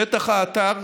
שטח האתר